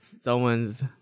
someone's